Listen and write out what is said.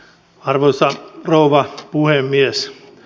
arvoisa rouva puhemies